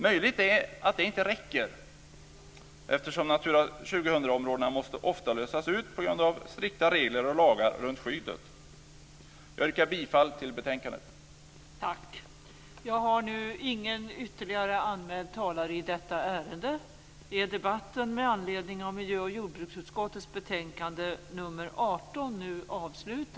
Möjligt är att det inte räcker, eftersom Natura 2000-områdena ofta måste lösas ut på grund av strikta regler och lagar runt skyddet. Jag yrkar bifall till förslaget i utskottets betänkande.